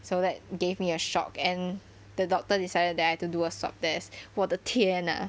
so that gave me a shock and the doctor decided that I had to do a swab test 我的天啊